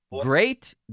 Great